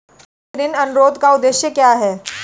इस ऋण अनुरोध का उद्देश्य क्या है?